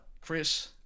Chris